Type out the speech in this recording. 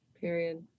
Period